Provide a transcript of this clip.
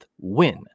win